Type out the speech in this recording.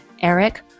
Eric